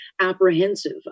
apprehensive